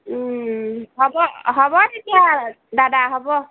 হ'ব হ'ব তেতিয়া দাদা হ'ব